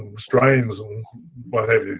and strains and what have